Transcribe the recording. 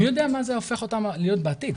מי יודע מה זה הופך אותם להיות בעתיד?